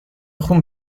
خون